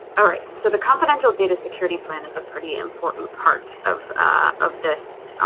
all right. so the confidential data security plan is a pretty important part of of this